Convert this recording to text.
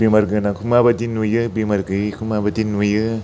बेमार गोनांखौ माबायदि नुयो बेमार गैयैखौ माबादि नुयो